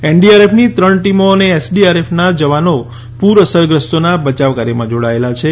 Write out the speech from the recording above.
એનડીઆરએફની ત્રણ ટમો અને એસડીઆરએફના જવાનો અસરગ્રસ્તોના બચાવ કાર્યમાં જોડાયેલા છે